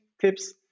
tips